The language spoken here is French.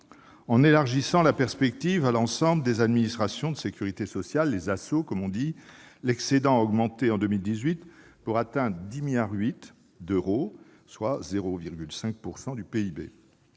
En élargissant la perspective à l'ensemble des administrations de sécurité sociale, les ASSO comme l'on dit, l'excédent a augmenté en 2018 pour atteindre 10,8 milliards d'euros, soit 0,5 % du PIB.